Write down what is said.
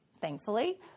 thankfully